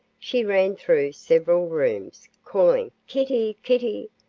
she ran through several rooms, calling kittie! kittie!